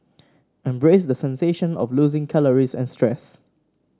embrace the sensation of losing calories and stress